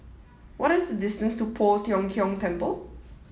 what is the distance to Poh Tiong Kiong Temple